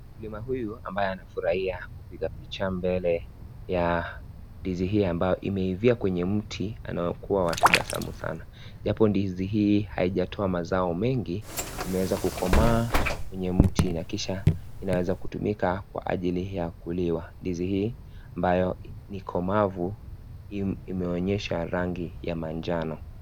Mkulima huyu ambaye anafurahia kupiga picha mbele ya ndizi hii ambao imeivia kwenye mti unaokuwa wa tabasamu sana japo ndizi hii haijatoa mazao mengi imeweza kukomaa kwenye mti na kisha inaweza kutumika kwa ajili ya kukuliwa ndizi hii ambayo ni komavu imeonyesha rangi ya manjano.